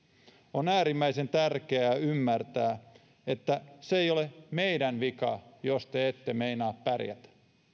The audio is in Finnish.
on äärimmäisen tärkeää ymmärtää että se ei ole meidän vikamme jos te ette meinaa pärjätä